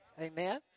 Amen